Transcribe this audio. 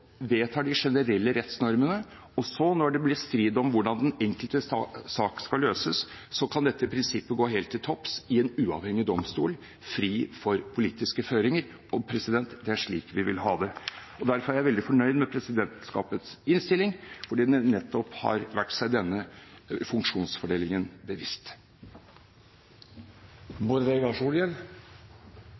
vedtar de generelle rettsnormene. Og så, når det blir strid om hvordan den enkelte sak skal løses, kan dette prinsippet gå helt til topps i en uavhengig domstol, fri for politiske føringer. Det er slik vi vil ha det. Derfor er jeg veldig fornøyd med presidentskapets innstilling, fordi den nettopp har vært seg denne funksjonsfordelingen bevisst. Det finst argument begge vegar